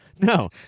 No